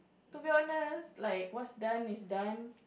to be honest like what's done is done